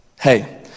Hey